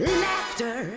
laughter